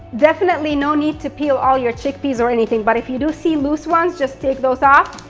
definitely, no need to peel all your chickpeas or anything, but if you do see loose ones, just take those off,